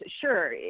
Sure